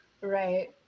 Right